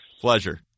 Pleasure